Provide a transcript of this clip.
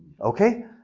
Okay